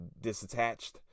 disattached